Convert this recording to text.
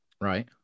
Right